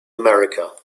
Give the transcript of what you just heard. america